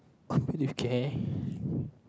okay